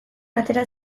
atera